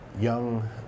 young